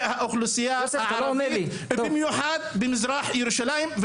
האוכלוסייה הערבית ובמיוחד במזרח ירושלים,